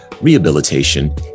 rehabilitation